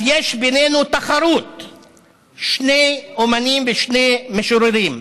אז יש בינינו תחרות, שני אומנים ושני משוררים: